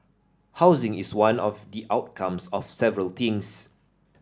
housing is one of the outcomes of several things